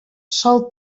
sol